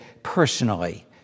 personally